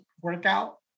workout